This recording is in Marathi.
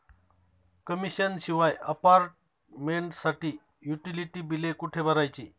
कमिशन शिवाय अपार्टमेंटसाठी युटिलिटी बिले कुठे भरायची?